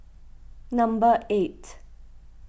number eight